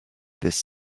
this